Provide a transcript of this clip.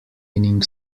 winning